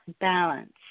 balance